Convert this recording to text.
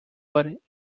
but